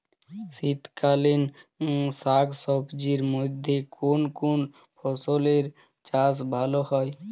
শীতকালীন শাকসবজির মধ্যে কোন কোন ফসলের চাষ ভালো হয়?